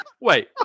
wait